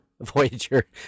Voyager